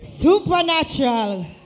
Supernatural